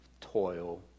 toil